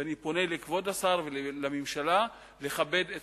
ואני פונה אל כבוד השר ואל הממשלה לכבד את